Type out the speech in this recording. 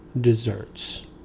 desserts